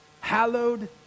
hallowed